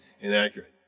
inaccurate